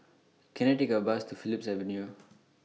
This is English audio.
Can I Take A Bus to Phillips Avenue